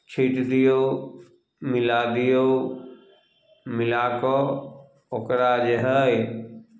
छीँटि दियौ मिला दियौ मिला कऽ ओकरा जे हइ